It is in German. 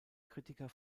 kritiker